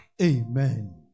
Amen